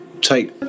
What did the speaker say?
take